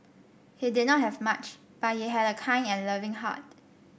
he did not have much but he had a kind and loving heart